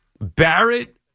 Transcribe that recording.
Barrett